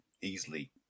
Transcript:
easily